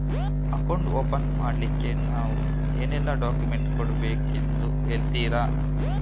Account open ಮಾಡ್ಲಿಕ್ಕೆ ನಾವು ಏನೆಲ್ಲ ಡಾಕ್ಯುಮೆಂಟ್ ಕೊಡಬೇಕೆಂದು ಹೇಳ್ತಿರಾ?